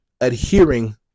adhering